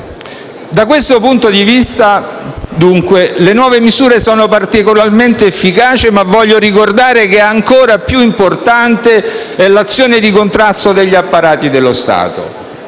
Da questo punto di vista dunque le nuove misure sono particolarmente efficaci, ma voglio ricordare che ancora più importante è l'azione di contrasto. Dobbiamo ricordarci